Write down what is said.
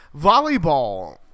volleyball